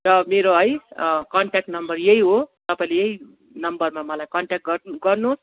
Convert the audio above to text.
र मेरो है कन्ट्याक्ट नम्बर यही हो तपाईँले यही नम्बरमा मलाई कन्ट्याक्ट गर गर्नु होस्